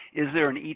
is there and